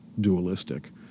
dualistic